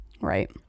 Right